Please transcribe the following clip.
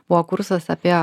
buvo kursas apie